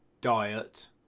diet